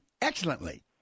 excellently